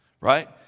right